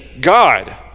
God